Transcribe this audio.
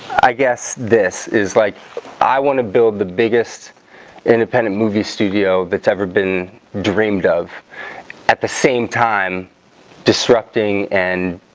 i guess this is like i want to build the biggest independent movie studio, that's ever been dreamed of at the same time disrupting and